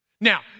Now